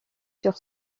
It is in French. sur